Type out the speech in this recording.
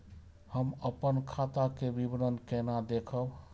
हम अपन खाता के विवरण केना देखब?